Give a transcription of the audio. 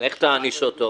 איך תעניש אותו?